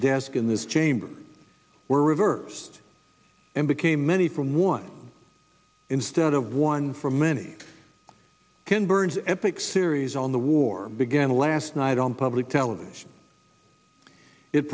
desk in this chamber were reversed and became many from one instead of one for many ken burns epic series on the war began last night on public television it